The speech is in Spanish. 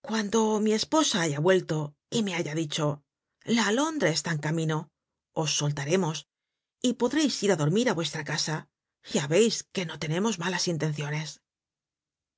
cuando mi esposa haya vuelto y me haya dicho la alondra está en camino os soltaremos y podreis ir á dormir á vuestra casa ya veis que no tenemos malas intenciones